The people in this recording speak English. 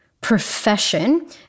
profession